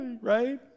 right